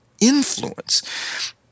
influence